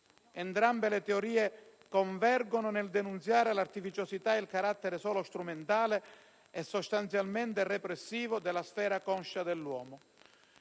Entrambe le teorie convergono nel denunziare l'artificiosità e il carattere solo strumentale e sostanzialmente repressivo della sfera conscia dell'uomo.